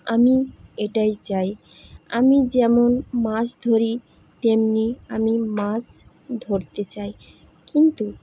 আমি এটাই চাই আমি যেমন মাছ ধরি তেমনি আমি মাছ ধরতে চাই কিন্তু